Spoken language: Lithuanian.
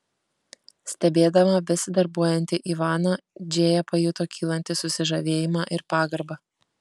stebėdama besidarbuojantį ivaną džėja pajuto kylantį susižavėjimą ir pagarbą